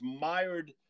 mired